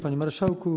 Panie Marszałku!